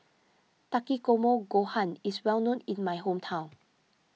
Takikomi Gohan is well known in my hometown